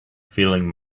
feeling